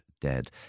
dead